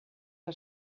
que